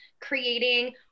creating